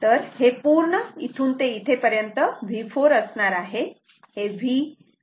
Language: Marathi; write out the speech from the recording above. तर हे पूर्ण इथून ते इथे पर्यंत V4 असणार आहे हे V V1V2 V3 आहे